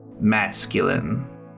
masculine